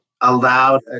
allowed